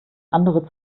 andere